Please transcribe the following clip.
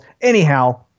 Anyhow